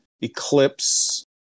Eclipse